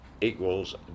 equals